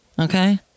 Okay